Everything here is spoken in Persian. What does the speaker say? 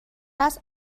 است